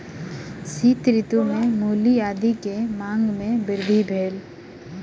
शीत ऋतू में मूली आदी के मांग में वृद्धि भेल